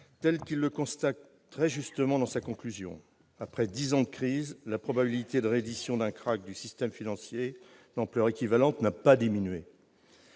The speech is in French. rapport le constate très justement :« Après dix ans de crise, la probabilité de réédition d'un krach du système financier d'ampleur équivalente n'a pas diminué.